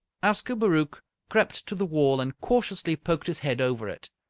ascobaruch crept to the wall and cautiously poked his head over it.